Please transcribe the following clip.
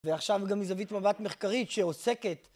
ועכשיו גם מזווית מבט מחקרית שעוסקת